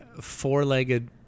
four-legged